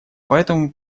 поэтому